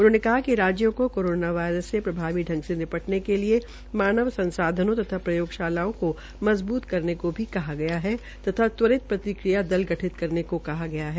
उन्होंने कहा कि राज्यों को कोरोना वायरस से प्रभावी संग से निपटने के लिए मानव संसाधनों तथा प्रयोग शालाओं को मजबूत करने को भी कहा गया है तथा त्वरित प्रतिक्रिया दल गठित करने के कहा गया है